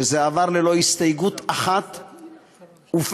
שזה עבר ללא הסתייגות אחת ופה-אחד.